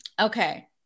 Okay